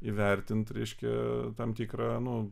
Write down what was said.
įvertint reiškia tam tikrą nu